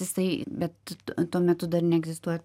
jisai bet tuo metu dar neegzistuoja